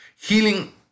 healing